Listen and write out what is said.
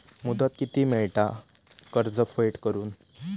मुदत किती मेळता कर्ज फेड करून?